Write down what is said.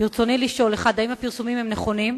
ברצוני לשאול: 1. האם הפרסומים נכונים?